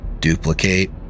duplicate